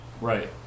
Right